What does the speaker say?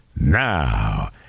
Now